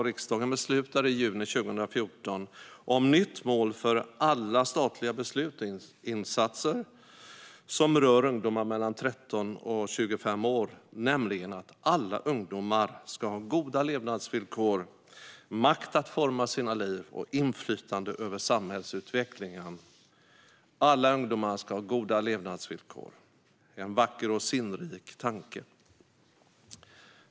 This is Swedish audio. Riksdagen beslutade i juni 2014 om ett nytt mål för alla statliga beslut och insatser som rör ungdomar mellan 13 och 25 år, nämligen att alla ungdomar ska ha goda levnadsvillkor, makt att forma sina liv och inflytande över samhällsutvecklingen. Alla ungdomar ska ha goda levnadsvillkor. Det är en vacker och sinnrik tanke.